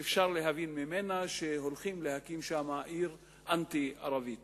ממנה שהולכים להקים עיר אנטי-ערבית